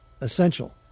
essential